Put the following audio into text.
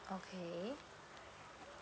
okay